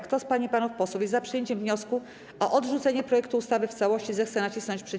Kto z pań i panów posłów jest za przyjęciem wniosku o odrzucenie projektu ustawy w całości, zechce nacisnąć przycisk.